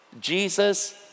Jesus